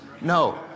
No